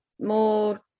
More